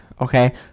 Okay